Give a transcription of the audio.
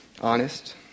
honest